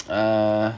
uh